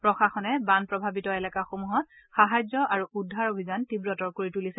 প্ৰশাসনে বান প্ৰভাৱিত এলেকাসমূহত সাহায্য আৰু উদ্ধাৰ অভিযান তীৱতৰ কৰি তুলিছে